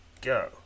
go